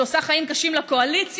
שעושה חיים קשים לקואליציה,